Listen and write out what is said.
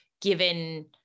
given